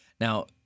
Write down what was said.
Now